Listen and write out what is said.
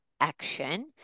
action